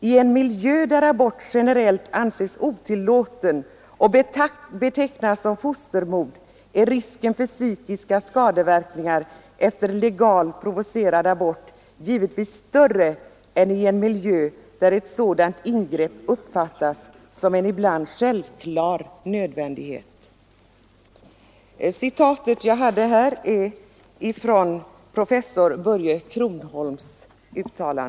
I en miljö där abort generellt anses otillåten och betecknas som fostermord är risken för psykiska skadeverkningar efter legal provocerad abort givetvis större än i en miljö där ett sådant ingrepp uppfattas som en ibland självklar nödvändighet. Detta uttalande har professor Börje Cronholm gjort.